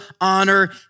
honor